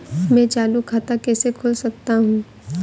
मैं चालू खाता कैसे खोल सकता हूँ?